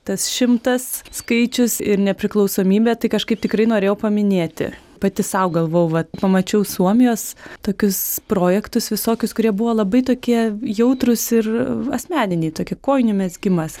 tas šimtas skaičius ir nepriklausomybė tai kažkaip tikrai norėjau paminėti pati sau galvojau vat pamačiau suomijos tokius projektus visokius kurie buvo labai tokie jautrūs ir asmeniniai tokie kojinių mezgimas